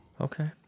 okay